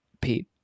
Pete